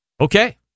Okay